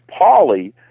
Pauly